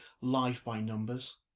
life-by-numbers